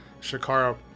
Shakara